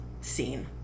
Scene